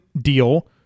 deal